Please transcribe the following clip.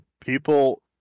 people